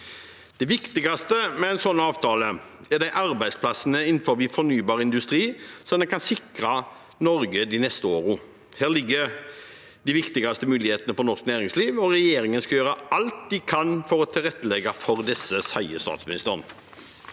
for Norge med en slik avtale, er de arbeidsplassene innenfor fornybar industri den kan sikre for Norge de neste årene. Her ligger det viktige muligheter for norsk næringsliv, og regjeringen skal gjøre alt den kan for å tilrettelegge for disse», sier statsministeren.